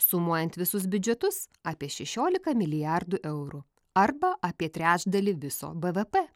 sumuojant visus biudžetus apie šešiolika milijardų eurų arba apie trečdalį viso bvp